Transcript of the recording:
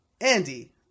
Andy